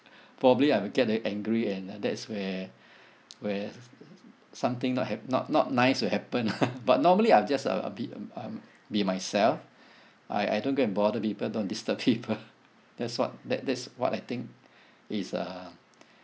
probably I will get uh angry and uh that's where where something not ha~ not not nice will happen ah but normally I'll just uh a be um be myself I I don't go and bother people don't disturb people that's what that that's what I think is uh